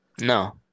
No